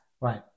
right